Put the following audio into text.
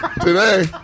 today